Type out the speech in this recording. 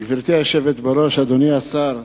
גברתי היושבת בראש, אדוני השר,